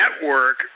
network